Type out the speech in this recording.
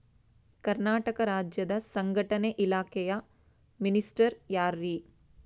ಕರ್ನಾಟಕ ರಾಜ್ಯದ ಸಂಘಟನೆ ಇಲಾಖೆಯ ಮಿನಿಸ್ಟರ್ ಯಾರ್ರಿ?